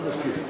אני מסכים.